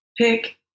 Pick